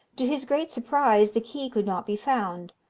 to his great surprise the key could not be found,